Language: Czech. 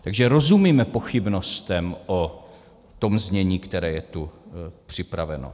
Takže rozumíme pochybnostem o tom znění, které je tu připraveno.